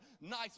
nice